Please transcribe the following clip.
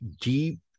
deep